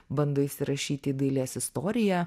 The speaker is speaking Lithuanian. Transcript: bando įsirašyti į dailės istoriją